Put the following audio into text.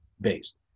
based